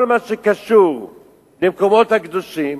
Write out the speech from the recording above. כל מה שקשור למקומות הקדושים,